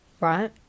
right